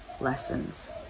lessons